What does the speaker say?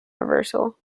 reversal